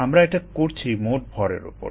আমরা এটা করছি মোট ভরের উপর